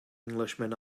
englishman